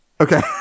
Okay